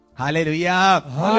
Hallelujah